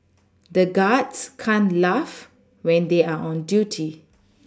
the guards can't laugh when they are on duty